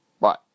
Bye